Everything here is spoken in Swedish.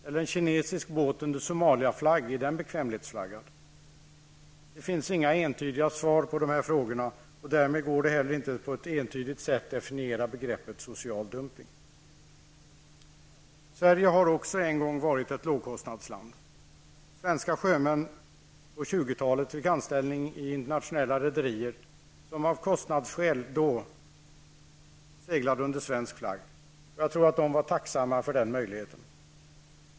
Är en kinesisk båt under Det finns inga entydiga svar på dessa frågor, och därmed går det inte heller att på ett entydigt sätt definiera begreppet social dumpning. Sverige har också en gång varit ett lågkostnadsland. De svenska sjömän som på 20-talet fick anställning i internationella rederier, som av kostnadsskäl då seglade under svensk flagg, var nog tacksamma över den möjligheten.